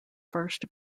first